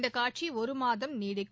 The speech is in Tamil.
இந்த காட்சி ஒரு மாதம் நீடிக்கும்